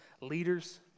leaders